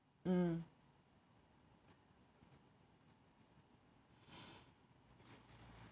mm